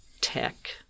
tech